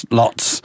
lots